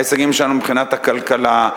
ההישגים שלנו מבחינת הכלכלה,